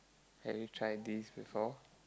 have you tried this before